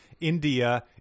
India